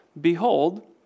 Behold